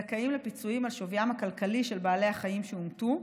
זכאים לפיצויים על שוויים הכלכלי של בעלי החיים שהומתו.